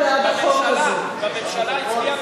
לא, אי-אפשר לשקר פה, הממשלה שהיא היתה בה?